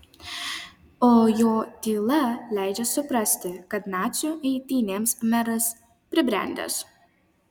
o jo tyla leidžia suprasti kad nacių eitynėms meras pribrendęs